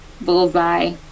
bullseye